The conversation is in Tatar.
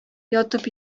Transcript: ятып